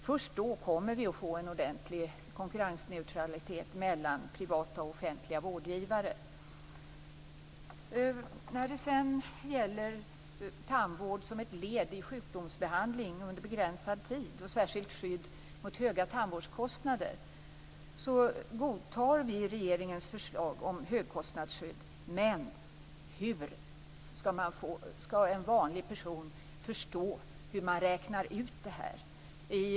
Först då kommer vi att få en ordentlig konkurrensneutralitet mellan privata och offentliga vårdgivare. När det sedan gäller tandvård som ett led i en sjukdomsbehandling under begränsad tid och särskilt skydd mot höga tandvårdskostnader godtar vi regeringens förslag om högkostnadsskydd. Men hur skall en vanlig människa förstå hur man räknar ut det här?